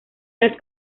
las